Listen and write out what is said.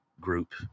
group